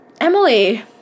Emily